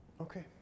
Okay